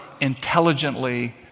intelligently